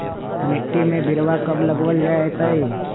मिट्टी में बिरवा कब लगवल जयतई?